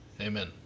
amen